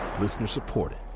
Listener-supported